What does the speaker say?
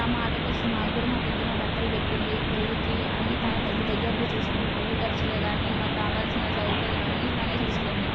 ఆ మాటకి వస్తే నాకు కూడా మా పెద్దమ్మ బట్టలు పెట్టింది పెళ్ళికి అన్నీ తానే దగ్గరుండి చూసుకుంది పెళ్ళి ఖర్చులే కానీ మాకు కావాల్సిన సౌకర్యాలు అన్నీ తనే చూసుకుంది